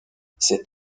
cet